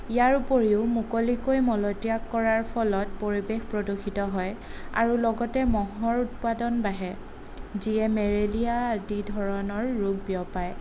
ইয়াৰ উপৰিও মুকলিকৈ মলত্যাগ কৰাৰ ফলত পৰিৱেশ প্ৰদূষিত হয় আৰু লগতে ম'হৰ উৎপাদন বাঢ়ে যিয়ে মেলেৰীয়া আদি ধৰণৰ ৰোগ বিয়পায়